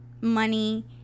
money